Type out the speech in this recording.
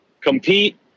compete